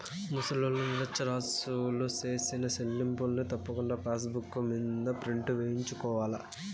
ముసలోల్లు, నిరచ్చరాసులు సేసిన సెల్లింపుల్ని తప్పకుండా పాసుబుక్ మింద ప్రింటు సేయించుకోవాల్ల